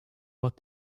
what